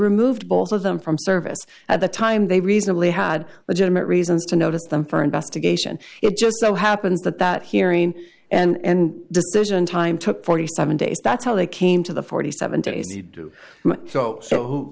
removed both of them from service at the time they reasonably had legitimate reasons to notice them for investigation it just so happens that that hearing and decision time took forty seven days that's how they came to the forty seven days to do so so